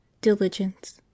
diligence